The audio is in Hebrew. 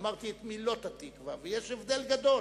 אמרתי: את מילות "התקווה", ויש הבדל גדול